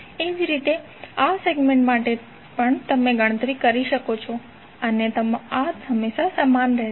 એ જ રીતે આ સેગમેન્ટ માટે પણ તમે ગણતરી કરી શકો છો અને તમારા આ હંમેશા સમાન રહેશે